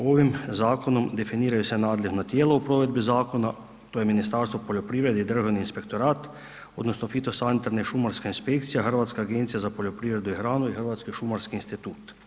Ovim zakonom definiraju se nadležna tijela u provedbi zakona, to je Ministarstvo poljoprivrede i Državni inspektorat odnosno Fitosanitarna šumarska inspekcija, Hrvatska agencija za poljoprivredu i hranu i Hrvatski šumarski institut.